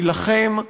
נילחם.